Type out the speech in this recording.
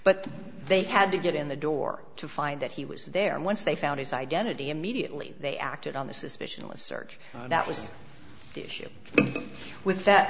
but they had to get in the door to find that he was there and once they found his identity immediately they acted on the suspicion of the search that was the issue with that